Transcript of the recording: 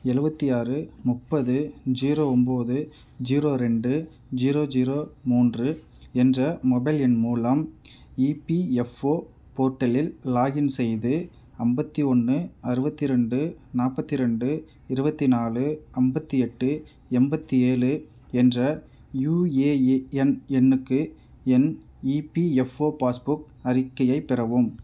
எழுவத்தி ஆறு முப்பது ஜீரோ ஒம்பது ஜீரோ ரெண்டு ஜீரோ ஜீரோ மூன்று என்ற மொபைல் எண் மூலம் இபிஎஃப்ஓ போர்ட்டலில் லாக்இன் செய்து ஐம்பத்தி ஒன்று அறுபத்தி ரெண்டு நாற்பத்தி ரெண்டு இருபத்தி நாலு ஐம்பத்தி எட்டு எண்பத்தி ஏழு என்ற யூஏஏஎன் எண்ணுக்கு என் இபிஎஃப்ஓ பாஸ்புக் அறிக்கையை பெறவும்